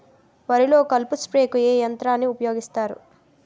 వరిలో కలుపు స్ప్రేకు ఏ యంత్రాన్ని ఊపాయోగిస్తారు?